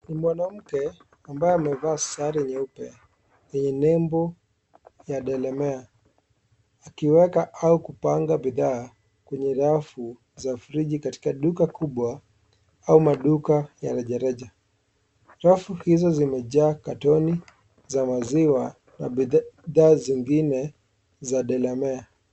Ni mwanamke ambaye amevaa sare nyeupe yenye nembo ya Delamere akiweka au kupanga bidhaa kwenye rafu za friji katika duka kubwa au maduka ya rejareja. Rafu hizo zimejaa katoni za maziwa na bidhaa zingine za Delamere.